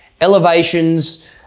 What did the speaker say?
Elevations